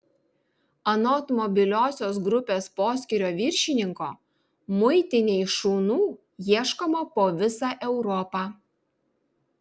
anot mobiliosios grupės poskyrio viršininko muitinei šunų ieškoma po visą europą